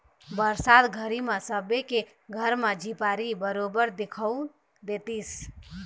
बरसात घरी म सबे के घर म झिपारी बरोबर दिखउल देतिस